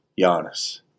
Giannis